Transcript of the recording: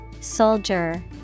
Soldier